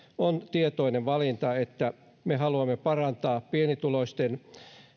on tehty tietoinen valinta että me haluamme parantaa pienituloisten